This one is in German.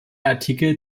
artikel